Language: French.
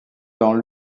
dans